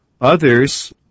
Others